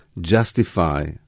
justify